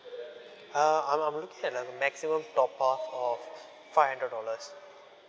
uh I'm I'm looking at the maximum top up of five hundred dollars